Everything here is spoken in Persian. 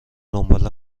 دنبال